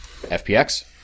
FPX